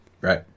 Right